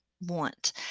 want